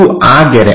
ಇದು ಆ ಗೆರೆ